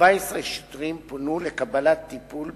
14 שוטרים פונו לקבלת טיפול בבתי-חולים.